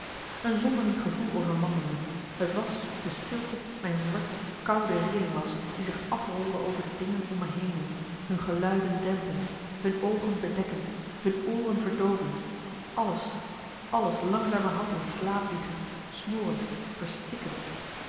een zonderling gevoel overmande me t was of de stilte mijn zwarte koude rilling was die zich afrolde over de dingen om me henen hun geluiden dempend hun oogen bedekkend hun ooren verdoovend alles alles langzamerhand in slaap wiegend smorend verstikkend